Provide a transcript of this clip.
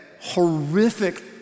horrific